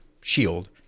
shield